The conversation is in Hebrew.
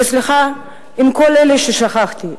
וסליחה מכל אלה ששכחתי,